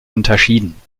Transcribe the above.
unterschieden